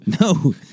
no